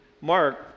Mark